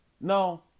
No